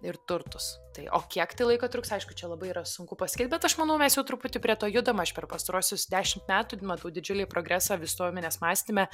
ir turtus tai o kiek tai laiko truks aišku čia labai yra sunku pasakyt bet aš manau mes jau truputį prie to judam aš per pastaruosius dešim metų matau didžiulį progresą visuomenės mąstyme